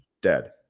dead